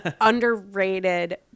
underrated-